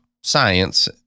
science